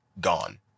Gone